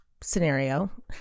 scenario